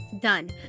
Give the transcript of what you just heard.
Done